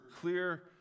clear